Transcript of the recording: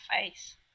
face